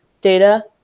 data